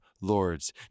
Lords